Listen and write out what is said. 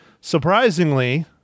Surprisingly